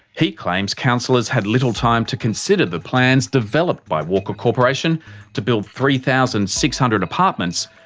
he claims councillors had little time to consider the plans developed by walker corporation to build three thousand six hundred apartments,